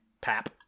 pap